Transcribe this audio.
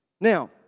Now